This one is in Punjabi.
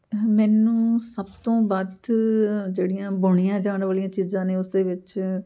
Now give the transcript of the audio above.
ਮੈਨੂੰ ਸਭ ਤੋਂ ਵੱਧ ਜਿਹੜੀਆਂ ਬੁਣੀਆਂ ਜਾਣ ਵਾਲੀਆਂ ਚੀਜ਼ਾਂ ਨੇ ਉਸ ਦੇ ਵਿੱਚ